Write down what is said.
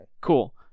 Cool